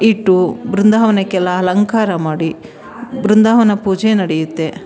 ಇಟ್ಟು ಬೃಂದಾವನಕ್ಕೆಲ್ಲ ಅಲಂಕಾರ ಮಾಡಿ ಬೃಂದಾವನ ಪೂಜೆ ನಡೆಯುತ್ತೆ